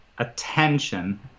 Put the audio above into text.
attention